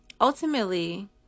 ultimately